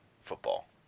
football